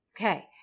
okay